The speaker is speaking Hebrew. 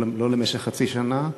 לא למשך חצי שנה,